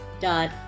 dot